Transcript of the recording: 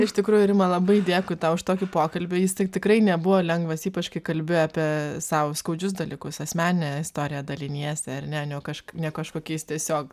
iš tikrųjų rima labai dėkui tau už tokį pokalbį jis tik tikrai nebuvo lengvas ypač kai kalbi apie sau skaudžius dalykus asmeninę istoriją daliniesi ar ne ne kažkokiais tiesiog